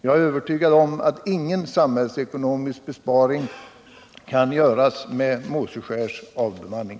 Jag är övetygad om att ingen samhällsekonomisk besparing kan göras genom Måseskärs avbemanning.